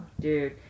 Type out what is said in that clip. Dude